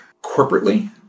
corporately